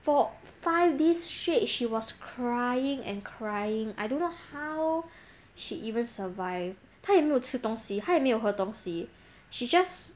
four five days straight she was crying and crying I don't know how she even survive 她也没有吃东西她也没有喝东西 she just